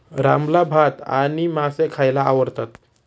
रामला भात आणि मासे खायला आवडतात